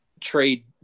trade